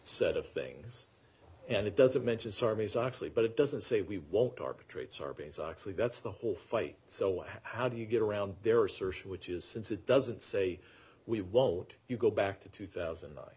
set of things and it doesn't mention sarbanes oxley but it doesn't say we won't arbitrate sarbanes oxley that's the whole fight so how do you get around their research which is since it doesn't say we won't you go back to two thousand